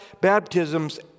baptisms